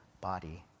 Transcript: body